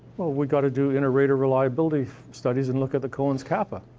well, we've got to do inter-rater reliability studies and look at the cohen's kappa.